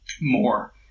more